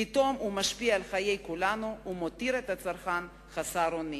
פתאום הוא משפיע על חיי כולנו ומותיר את הצרכן חסר אונים.